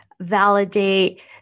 validate